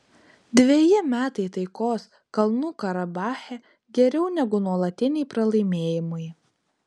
dveji metai taikos kalnų karabache geriau negu nuolatiniai pralaimėjimai